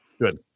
good